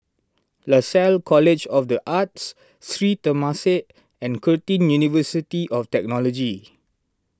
Lasalle College of the Arts Sri Temasek and Curtin University of Technology